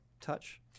touch